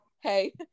hey